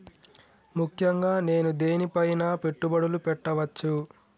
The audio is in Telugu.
ముఖ్యంగా నేను దేని పైనా పెట్టుబడులు పెట్టవచ్చు?